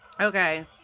Okay